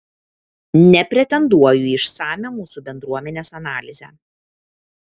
nepretenduoju į išsamią mūsų bendruomenės analizę